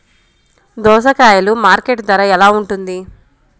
దోసకాయలు మార్కెట్ ధర ఎలా ఉంటుంది?